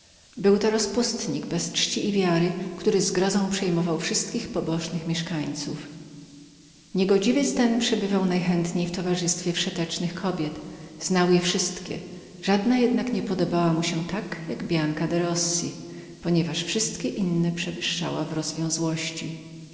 był to rozpustnik bez czci i wiary który zgrozą przejmował wszystkich pobożnych mieszkańców ten niegodziwiec szukał tylko podobnych sobie kobiet żadna jednak nie podobała mu się tyle ile bianka de rossi z powodu że wszystkie inne przewyższała w